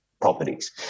properties